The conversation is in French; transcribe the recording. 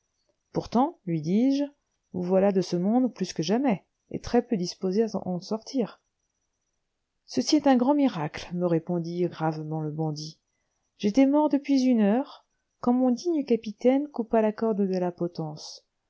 pourtant lui dis-je vous voilà de ce monde plus que jamais et très-peu disposé à en sortir ceci est un grand miracle me répondit gravement le bandit j'étais mort depuis une heure quand mon digne capitaine coupa la corde de la potence